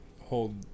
hold